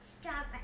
strawberry